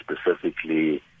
specifically